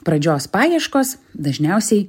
pradžios paieškos dažniausiai